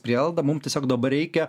prielaida mum tiesiog dabar reikia